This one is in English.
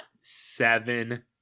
seven